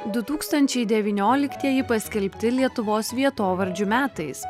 du tūkstančiai devynioliktieji paskelbti lietuvos vietovardžių metais